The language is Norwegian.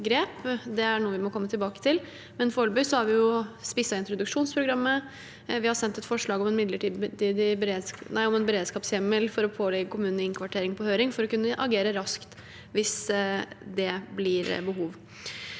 Det er noe vi må komme tilbake til, men foreløpig har vi spisset introduksjonsprogrammet, og vi har sendt på høring et forslag om en beredskapshjemmel for å pålegge kommunene innkvartering, for å kunne agere raskt hvis det blir behov.